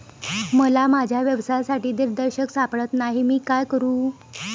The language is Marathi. मला माझ्या व्यवसायासाठी दिग्दर्शक सापडत नाही मी काय करू?